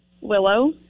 Willow